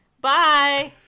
Bye